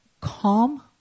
calm